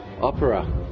opera